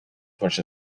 push